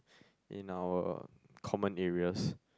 in our common areas